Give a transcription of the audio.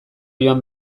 joan